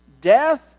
Death